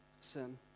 sin